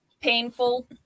painful